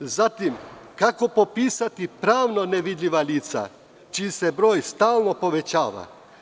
Zatim, kako popisati pravno nevidljiva lica, čiji se broj stalno povećava?